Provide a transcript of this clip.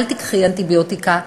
אל תיקחי אנטיביוטיקה,